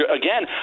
again